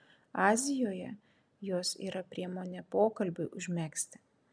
azijoje jos yra priemonė pokalbiui užmegzti